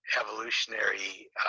evolutionary